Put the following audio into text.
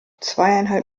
zweieinhalb